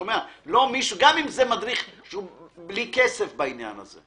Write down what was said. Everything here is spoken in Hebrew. גם אם זה מדריך בלי כסף בעניין הזה.